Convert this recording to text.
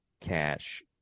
cash